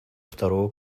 второго